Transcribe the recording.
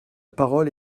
parole